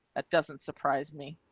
that doesn't surprise me.